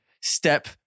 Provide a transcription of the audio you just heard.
step